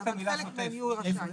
ובחלק מהניהול רשאי.